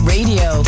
Radio